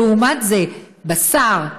לעומת זה, בשר,